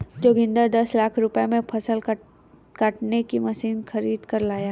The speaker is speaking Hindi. जोगिंदर दस लाख रुपए में फसल काटने की मशीन खरीद कर लाया